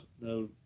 no